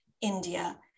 India